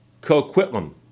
Coquitlam